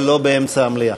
אבל לא באמצע המליאה.